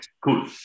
cool